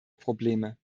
probleme